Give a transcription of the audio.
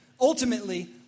ultimately